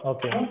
Okay